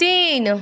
तीन